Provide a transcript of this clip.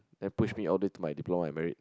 then push me all the way to my diploma and merit